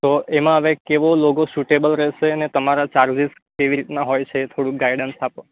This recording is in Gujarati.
તો એમાં હવે કેવો લોગો સુટેબલ રહેશે અને તમારા ચાર્જિસ કેવી રીતના હોય છે એ થોડુંક ગાયડન્સ આપો